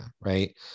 Right